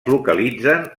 localitzen